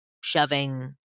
shoving